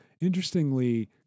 interestingly